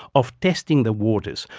of testing the waters,